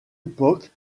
époque